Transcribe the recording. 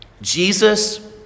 Jesus